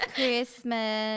Christmas